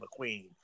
McQueen